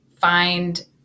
find